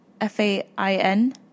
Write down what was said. F-A-I-N